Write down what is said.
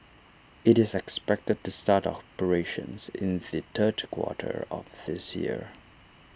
IT is expected to start operations in the third quarter of this year